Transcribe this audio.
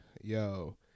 Yo